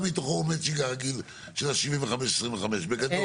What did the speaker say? מתוכו עובד שגרה רגיל של ה-75%-25% בגדול?